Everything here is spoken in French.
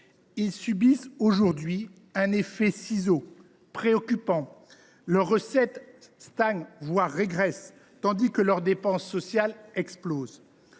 ils subissent aujourd’hui un effet ciseaux préoccupant. Leurs recettes stagnent, voire régressent, tandis que leurs dépenses sociales explosent.